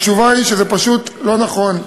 התשובה היא שזה פשוט לא נכון.